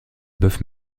bœuf